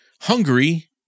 Hungary